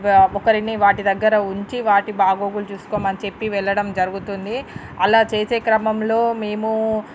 ఒకరిని వాటి దగ్గర ఉంచి వాటి బాగోగులు చూసుకోమని చెప్పి వెళ్ళడం జరుగుతుంది అలా చేసే క్రమంలో మేము